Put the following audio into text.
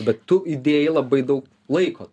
bet tu įdėjai labai daug laiko